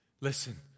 Listen